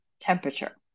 temperature